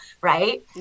right